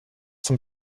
zum